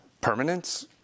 Permanence